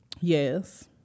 Yes